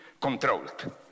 controlled